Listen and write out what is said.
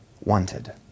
wanted